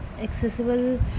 accessible